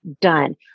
done